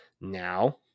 Now